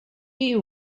you